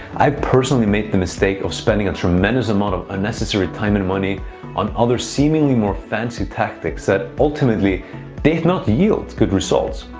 i've personally made the mistake of spending a tremendous amount of unnecessary time and money on other seemingly more fancy tactics that ultimately did not yield good results.